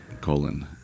colon